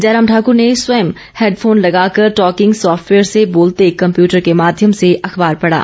जयराम ठाकूर ने स्वयं हैडफोन लगाकर टॉकिंग सॉफ्टवेयर से बोलते कम्प्यूटर के माध्यम से अखबार पढ़ा